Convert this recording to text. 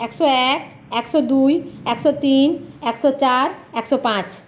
একশো এক একশো দুই একশো তিন একশো চার একশো পাঁচ